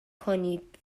کنید